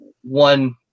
one